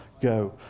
go